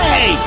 Hey